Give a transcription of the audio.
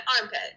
armpit